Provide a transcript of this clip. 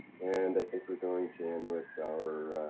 and i think we're going to end with our